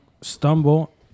stumble